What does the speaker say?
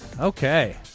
Okay